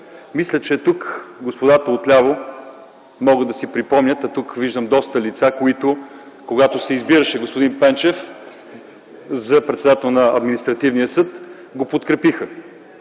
Мисля, че господата отляво тук могат да си припомнят, а виждам и доста лица, които при избора на господин Пенчев за председател на Административния съд го подкрепиха.